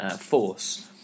force